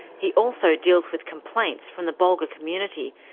he also deals with complaints from the bulga community,